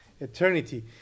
eternity